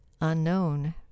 unknown